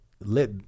let